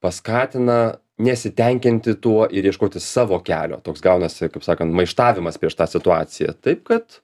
paskatina nesitenkinti tuo ir ieškoti savo kelio toks gaunasi kaip sakant maištavimas prieš tą situaciją taip kad